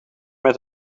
met